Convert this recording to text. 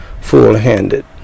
full-handed